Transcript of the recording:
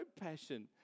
passion